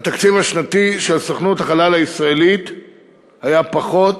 התקציב השנתי של סוכנות החלל הישראלית היה פחות